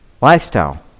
lifestyle